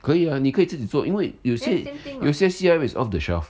可以啊你可以自己做因为有些有些 C_R_M is off the shelf